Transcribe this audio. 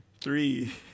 Three